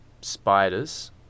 spiders